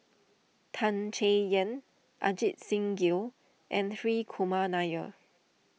Tan Chay Yan Ajit Singh Gill and Hri Kumar Nair